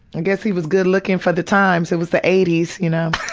i guess he was good-looking for the time. it was the eighties, you know